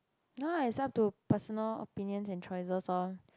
ya it's up to personal opinions and choices orh